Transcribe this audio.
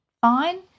Fine